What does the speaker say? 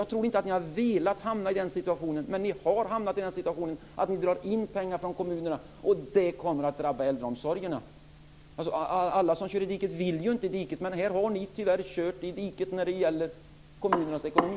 Jag tror inte att ni velat hamnat i den situationen men ni har hamnat i läget att pengar dras in från kommunerna. Det kommer att drabba äldreomsorgen. Alla som kör i diket vill ju inte i diket. Ni har, tyvärr, kört i diket när det gäller kommunernas ekonomi.